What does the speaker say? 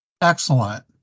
Excellent